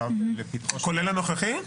כולל הנוכחי?